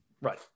right